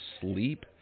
sleep